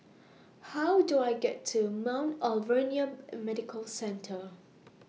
How Do I get to Mount Alvernia Medical Centre